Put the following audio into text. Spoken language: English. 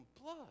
blood